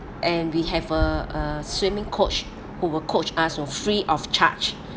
and we have a a swimming coach who were coach us free of charge